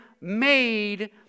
made